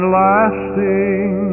lasting